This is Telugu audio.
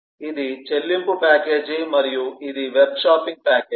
ఇది చెల్లింపు ప్యాకేజీ మరియు ఇది వెబ్ షాపింగ్ ప్యాకేజీ